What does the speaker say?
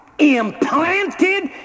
Implanted